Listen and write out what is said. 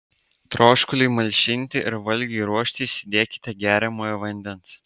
troškuliui malšinti ir valgiui ruošti įsidėkite geriamojo vandens